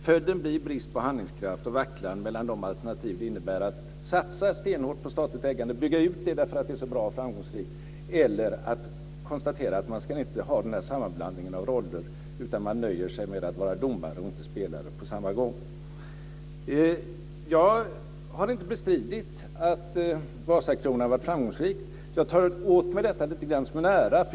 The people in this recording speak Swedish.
Följden blir brist på handlingskraft och vacklande mellan de alternativ det innebär att satsa stenhårt på statligt ägande och bygga ut det därför att det är så bra och framgångsrikt och att konstatera att man inte ska ha den här sammanblandningen av roller utan nöjer sig med att vara domare och inte spelare på samma gång. Jag har inte bestridit att Vasakronan varit framgångsrikt. Jag tar åt mig lite grann av detta som en ära.